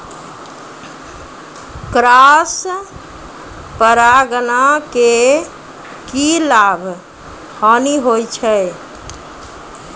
Cross परागण के की लाभ, हानि होय छै?